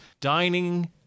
dining